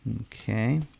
Okay